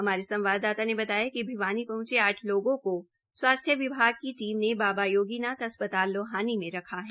हमारे संवाददाता ने बताया कि भिवानी पहंचे आठ लोगों को स्वास्थ्य विभग की टीम ने बाबा योगीनाथ अस्पताल लोहानी मे रखा है